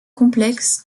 complexe